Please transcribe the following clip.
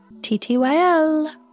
TTYL